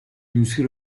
дүнсгэр